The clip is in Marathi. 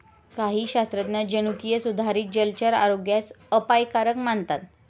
काही शास्त्रज्ञ जनुकीय सुधारित जलचर आरोग्यास अपायकारक मानतात